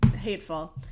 Hateful